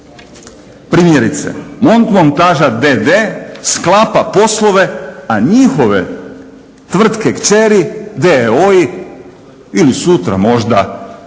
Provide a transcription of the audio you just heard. Primjerice Montmontaža d.d. sklapa poslove, a njihove tvrtke kćeri d.o.o.-i ili sutra možda jednostavna